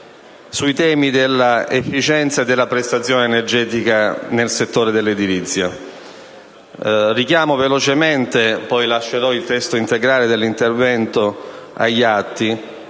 sui temi dell'efficienza e della prestazione energetica nel settore dell'edilizia. Richiamo velocemente (lascerò il testo integrale dell'intervento agli atti)